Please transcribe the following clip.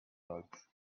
bugs